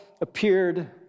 appeared